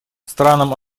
странам